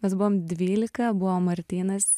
mes buvom dvylika buvo martynas